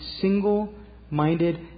single-minded